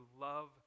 love